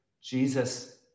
Jesus